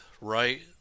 right